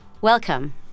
Welcome